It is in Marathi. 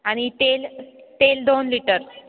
आणि तेल तेल दोन लिटर